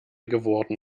geworden